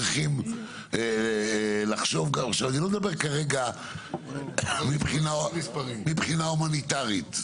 אני לא מדבר מבחינת הומניטרית.